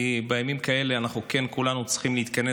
כי בימים כאלה כולנו צריכים להתכנס